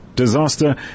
disaster